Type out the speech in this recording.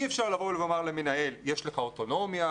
אי אפשר לומר למנהל שיש לו אוטונומיה,